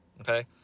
Okay